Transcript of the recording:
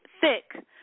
thick